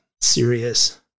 serious